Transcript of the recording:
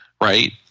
right